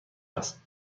است